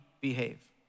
behave